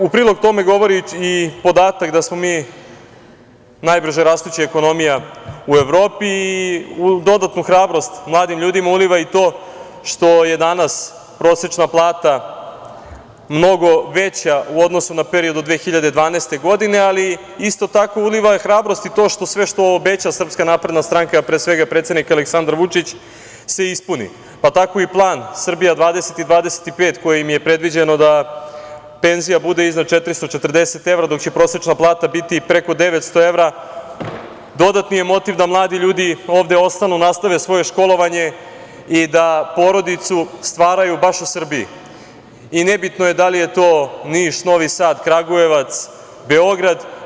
U prilog tome govori i podatak da smo mi najbrže rastuća ekonomija u Evropi i dodatnu hrabrost mladim ljudima uliva i to, što je danas prosečna plata mnogo veća u odnosu na period od 2012. godine, ali isto tako uliva i hrabrost, i to što sve što obeća SNS, pre svega predsednik Aleksandar Vučić, se ispuni, pa tako i plan Srbija 2020-2025 kojim je predviđeno da, penzija bude iznad 440 evra, dok će prosečna plata biti i preko 900 evra, dodatni je motiv da mladi ljudi ovde ostanu, nastave svoje školovanje i da porodicu stvaraju baš u Srbiji i nebitno je da li je to Niš, Novi Sad, Kragujevac, Beograd.